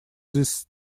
this